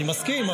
אני מסכים,